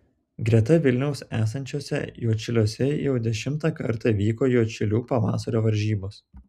greta vilniaus esančiuose juodšiliuose jau dešimtą kartą vyko juodšilių pavasario varžybos